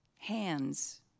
Hands